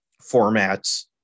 formats